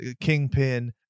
Kingpin